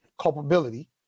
culpability